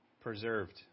preserved